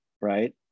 right